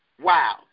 Wow